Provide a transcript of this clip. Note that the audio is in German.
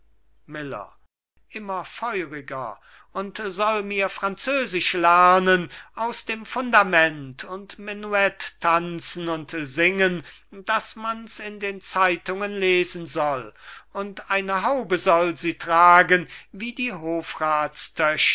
feuriger und soll mir französisch lernen aus dem fundament und menuet tanzen und singen daß man's in den zeitungen lesen soll und eine haube soll sie tragen wie die